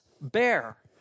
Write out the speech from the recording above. bear